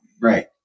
Right